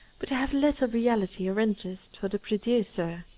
but to have little reality or interest for the producer,